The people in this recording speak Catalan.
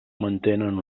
mantenen